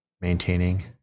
maintaining